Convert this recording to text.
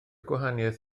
gwahaniaeth